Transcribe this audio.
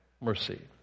mercy